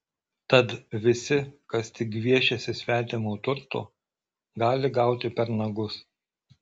tad visi kas tik gviešiasi svetimo turto gali gauti per nagus